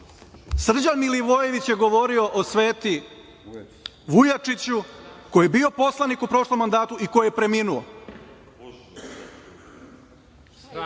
Hvala. Srđan Milivojević je govorio o Sveti Vujačiću, koji je bio poslanik u prošlom mandatu i koji je preminuo.